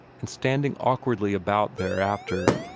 and standing awkwardly about thereafter,